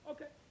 Okay